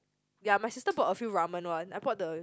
ya my sister bought a few ramen one I bought the